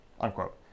Unquote